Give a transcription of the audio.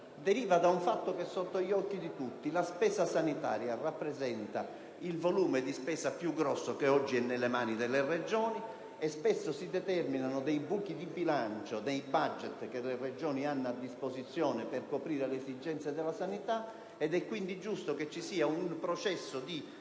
deriva da un fatto che è sotto gli occhi di tutti: la spesa sanitaria rappresenta il volume di spesa più grande che è oggi nelle mani delle Regioni e spesso si determinano dei buchi di bilancio nei *budget* che le Regioni hanno a disposizione per coprire le esigenze della sanità. È quindi giusto che ci sia un processo di collegamento